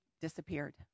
disappeared